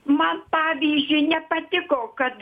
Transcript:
man pavyzdžiui nepatiko kad